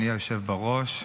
אדוני היושב בראש,